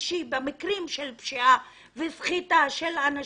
אישי במקרים של פשיעה וסחיטה של אנשים,